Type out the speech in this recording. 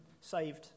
saved